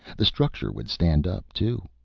the structure would stand up, too.